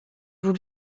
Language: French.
vous